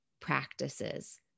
practices